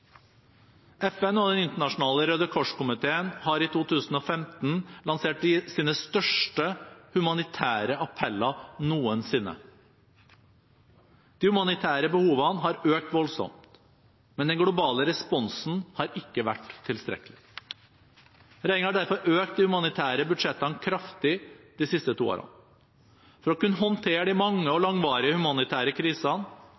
FN og Den internasjonale Røde Kors-komiteen har i 2015 lansert sine største humanitære appeller noensinne. De humanitære behovene har økt voldsomt, men den globale responsen har ikke vært tilstrekkelig. Regjeringen har derfor økt de humanitære budsjettene kraftig de siste to årene. For å kunne håndtere de mange og langvarige humanitære krisene